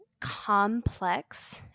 complex